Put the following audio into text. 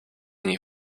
nie